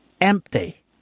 empty